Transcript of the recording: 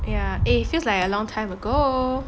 ya eh it feels like a long time ago